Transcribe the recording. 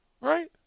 Right